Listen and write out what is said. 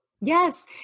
Yes